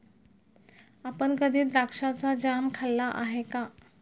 आपण कधी द्राक्षाचा जॅम खाल्ला आहे का?